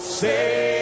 say